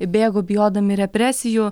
bėgo bijodami represijų